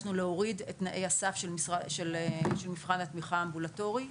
ביקשנו להוריד את תנאי הסף של מבחן התמיכה האמבולטורי.